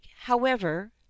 however